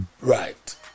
Right